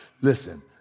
Listen